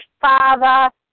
father